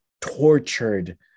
tortured